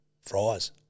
Fries